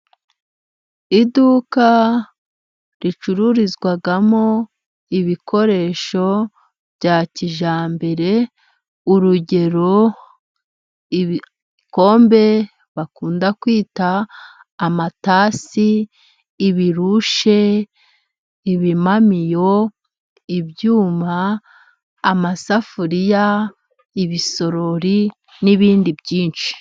Iduka ricururizwamo ibikoresho bya kijambere urugero: ibikombe bakunda kwita amatasi, ibirushe, ibimamiyo, ibyuma, amasafuriya, ibisorori, n'ibindi byinshi.